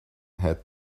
had